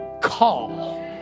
call